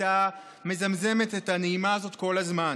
הייתה מזמזמת את הנעימה הזאת כל הזמן.